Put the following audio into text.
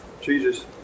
Jesus